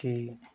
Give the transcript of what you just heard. कि